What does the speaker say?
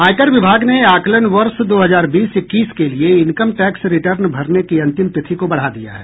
आयकर विभाग ने आकलन वर्ष दो हजार बीस इक्कीस के लिये इनकम टैक्स रिटर्न भरने की अंतिम तिथि को बढ़ा दिया है